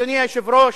אדוני היושב-ראש,